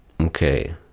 okay